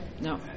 no